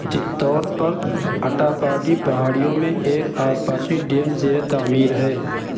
چتور پر اٹا پاڈی پہاڑیوں میں ایک آبپاشی ڈیم زیر تعمیر ہے